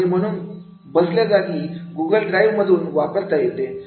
आणि म्हणून बसल्यात गुगल ड्राईव्ह मधून वापरता येते